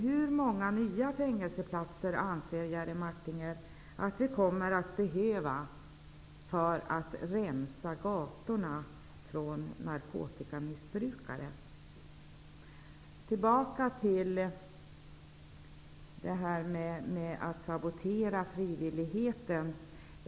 Hur många nya fängelseplatser anser Jerry Martinger att det kommer att behövas för att gatorna skall rensas från narkotikamissbrukare? Tillbaka till frågan om att sabotera frivilligheten.